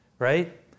Right